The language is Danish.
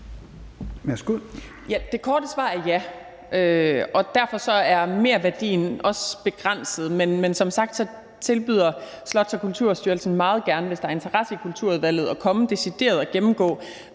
Det korte svar er ja, og derfor er merværdien også begrænset. Men som sagt tilbyder Slots- og Kulturstyrelsen meget gerne, hvis der er en interesse i Kulturudvalget, at komme og decideret gennemgå,